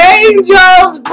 angels